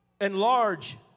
enlarge